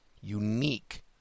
unique